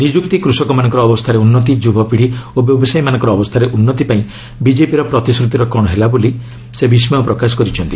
ନିଯୁକ୍ତି କୃଷକମାନଙ୍କର ଅବସ୍ଥାରେ ଉନ୍ନତି ଯୁବପିଡ଼ି ଓ ବ୍ୟବସାୟୀମାନଙ୍କ ଅବସ୍ଥାରେ ଉନ୍ନତି ପାଇଁ ବିଜେପିର ପ୍ରତିଶ୍ରତିର କ'ଣ ହେଲା ବୋଲି ସେ ବିସ୍କୟ ପ୍ରକାଶ କରିଛନ୍ତି